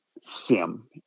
sim